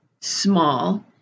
small